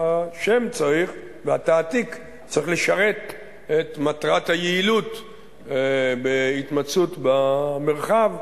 השם צריך והתעתיק צריך לשרת את מטרת היעילות בהתמצאות במרחב,